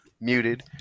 muted